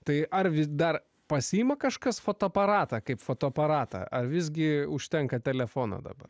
tai ar vis dar pasiima kažkas fotoaparatą kaip fotoaparatą ar visgi užtenka telefoną dabar